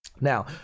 Now